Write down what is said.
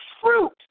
fruit